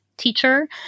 teacher